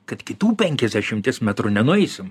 kad kitų penkiasdešimties metrų nenueisim